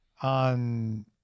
on